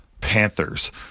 Panthers